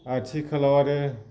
आथिखालाव आरो